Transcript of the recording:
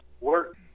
work